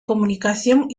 comunicación